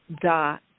dot